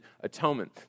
atonement